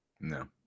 no